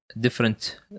different